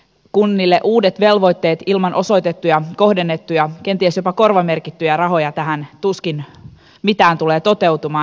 kunnille uudet velvoitteet ilman osoitettuja kohdennettuja kenties jopa korvamerkittyjä rahoja tähän tuskin mitään tulee toteutumaan